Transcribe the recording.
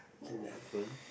eleven